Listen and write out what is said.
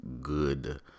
good